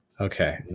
Okay